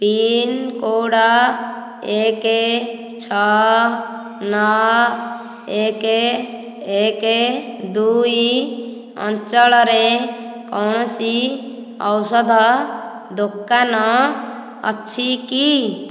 pincode ଏକ ଛଅ ନଅ ଏକ ଏକ ଦୁଇ ଅଞ୍ଚଳରେ କୌଣସି ଔଷଧ ଦୋକାନ ଅଛି କି